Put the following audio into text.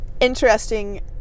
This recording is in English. interesting